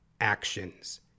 actions